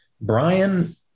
Brian